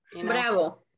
Bravo